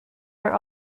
were